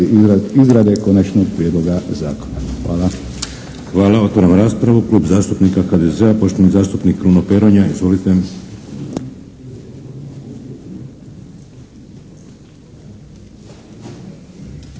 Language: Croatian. izrade konačnog prijedloga zakona. Hvala. **Šeks, Vladimir (HDZ)** Hvala. Otvaram raspravu. Klub zastupnika HDZ-a poštovani zastupnik Kruno Peronja. Izvolite.